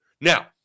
Now